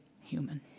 human